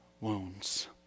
wounds